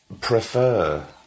prefer